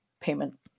payment